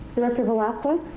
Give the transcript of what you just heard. director velasquez?